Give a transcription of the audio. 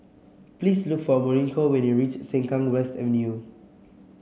please look for Mauricio when you reach Sengkang West Avenue